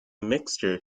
mixture